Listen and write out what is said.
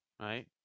Right